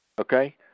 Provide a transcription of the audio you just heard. Okay